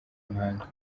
mpanga